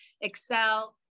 Excel